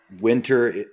Winter